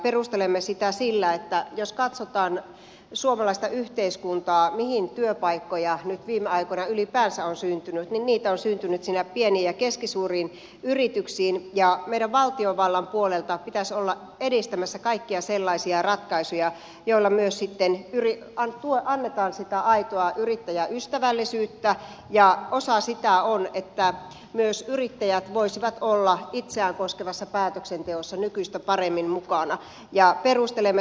perustelemme sitä sillä että jos katsotaan suomalaista yhteiskuntaa mihin työpaikkoja nyt viime aikoina ylipäänsä on syntynyt niin niitä on syntynyt sinne pieniin ja keskisuuriin yrityksiin ja meidän pitäisi valtiovallan puolelta olla edistämässä kaikkia sellaisia ratkaisuja joilla myös sitten annetaan sitä aitoa yrittäjäystävällisyyttä ja osa sitä on että myös yrittäjät voisivat olla itseään koskevassa päätöksenteossa nykyistä paremmin mukana